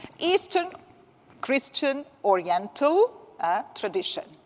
eastern christian oriental tradition.